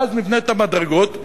ואז נבנה את המדרגות.